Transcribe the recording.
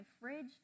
fridge